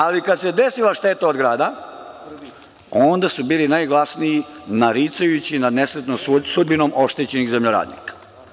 Ali, kada se desila šteta od grada onda su bili najglasniji naricajući nad nesretnom sudbinom oštećenih zemljoradnika.